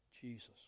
Jesus